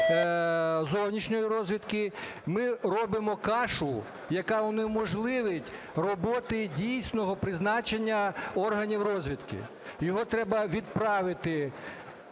зовнішньої розвідки, ми робимо "кашу", яка унеможливить роботу дійсного призначення органів розвідки. Його треба відправити